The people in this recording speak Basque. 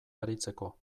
aritzeko